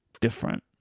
different